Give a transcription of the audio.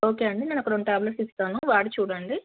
okay అండి నేను ఒక రెండు ట్యాబ్లట్స్ ఇస్తాను వాడి చూడండి